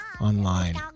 online